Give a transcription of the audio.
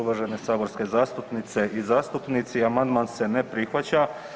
Uvažene saborske zastupnice i zastupnici, amandman se ne prihvaća.